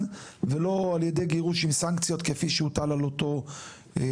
ולא על ידי גירוש עם סנקציות כמו שהוטל על אותו עובד,